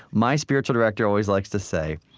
my spiritual director always likes to say,